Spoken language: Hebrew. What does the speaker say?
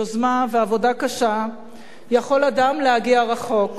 יוזמה ועבודה קשה יכול אדם להגיע רחוק.